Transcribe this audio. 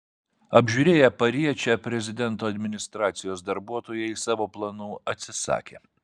apžiūrėję pariečę prezidento administracijos darbuotojai savo planų atsisakė